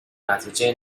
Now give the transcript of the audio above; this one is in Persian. نتیجه